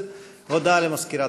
תודה.